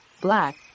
Black